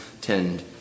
tend